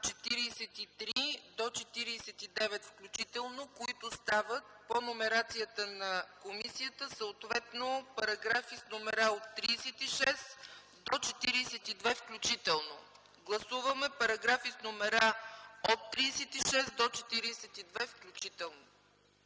43 до 49 включително, които стават по номерацията на комисията съответно параграфи с номера от 36 до 42 включително. Гласуваме параграфи с номера от 36 до 42 включително.